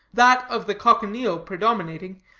that of the cochineal predominating,